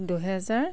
দুহেজাৰ